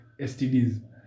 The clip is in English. STDs